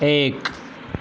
एक